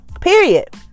Period